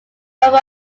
bobo